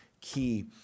key